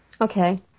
Okay